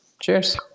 Cheers